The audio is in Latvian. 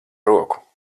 roku